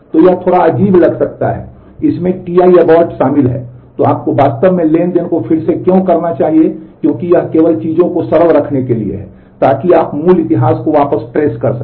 तो यह थोड़ा अजीब लग सकता है कि यदि इसमें Ti abort शामिल है तो आपको वास्तव में ट्रांज़ैक्शन को फिर से क्यों करना चाहिए क्योंकि यह केवल चीजों को सरल रखने के लिए है ताकि आप मूल इतिहास को वापस ट्रेस कर सकें